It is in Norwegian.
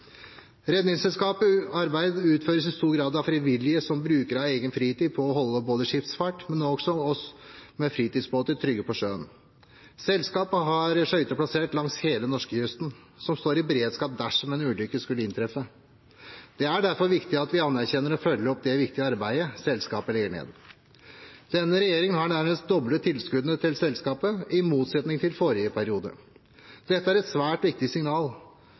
stor grad av frivillige, som bruker av egen fritid til å holde skipsfart, men også oss med fritidsbåter trygg på sjøen. Selskapet har skøyter plassert langs hele norskekysten, som står i beredskap dersom en ulykke skulle inntreffe. Det er derfor viktig at vi anerkjenner og følger opp det viktige arbeidet selskapet legger ned. Denne regjeringen har nærmest doblet tilskuddene til selskapet, i motsetning til forrige periode. Dette er et svært viktig signal.